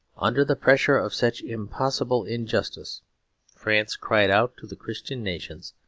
under the pressure of such impossible injustice france cried out to the christian nations,